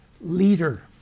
leader